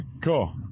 cool